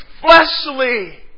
fleshly